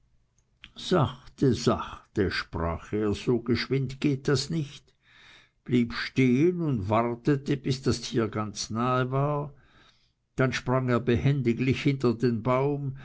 sachte sachte sprach er so geschwind geht das nicht blieb stehen und wartete bis das tier ganz nahe war dann sprang er behendiglich hinter den baum